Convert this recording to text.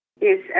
Yes